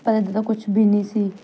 ਪਰ ਇੱਦਾਂ ਦਾ ਕੁਛ ਵੀ ਨਹੀਂ ਸੀ